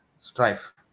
strife